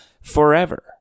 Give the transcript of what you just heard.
forever